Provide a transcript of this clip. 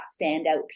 standout